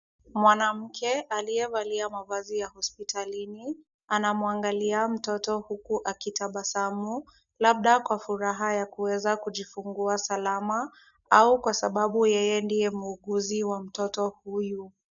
Mwanamke aliyevalia mavazi ya hospitalini, anamwangalia mtoto huku akitabasamu labda kwa furaha ya kuweza kujifungua salama au kwa sababu yeye ndiye muuguzi wa mtoto huyu. .